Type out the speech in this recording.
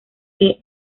que